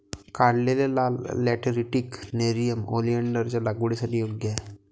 काढलेले लाल lateritic nerium ओलेन्डरच्या लागवडीसाठी योग्य आहे